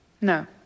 No